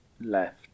left